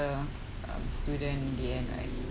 um student in the end right